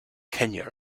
kenya